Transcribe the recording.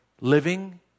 living